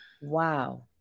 Wow